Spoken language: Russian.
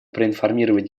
проинформировать